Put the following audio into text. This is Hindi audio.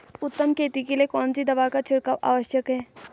उत्तम खेती के लिए कौन सी दवा का छिड़काव आवश्यक है?